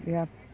ইয়াত